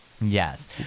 Yes